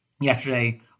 Yesterday